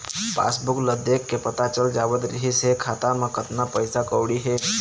passbook ल देखके पता चल जावत रिहिस हे खाता म कतना पइसा कउड़ी हे